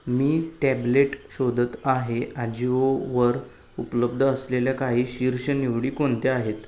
मी tablet शोधत आहे आजिओवर उपलब्ध असलेल्या काही शीर्ष निवडी कोणत्या आहेत